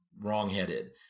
wrongheaded